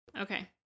okay